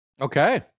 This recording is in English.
Okay